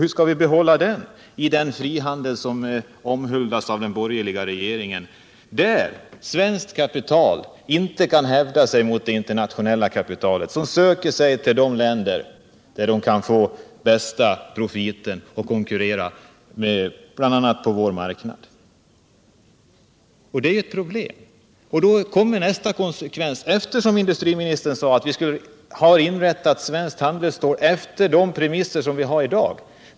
Visst skall vi behålla den i den frihandel som omhuldas av den borgerliga regeringen, där svenskt kapital inte kan hävda sig mot det internationella kapitalet som söker sig till de länder, där det kan få den bästa profiten och kan konkurrera bl.a. på vår hemmamarknad. Det är ju ett problem. Då följer nästa konsekvens. Industriministern sade att vi skulle ha inrättat svenskt handelsstål efter de premisser som vi har i dag.